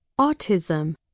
autism